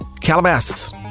Calabasas